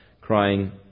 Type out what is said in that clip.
crying